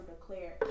declared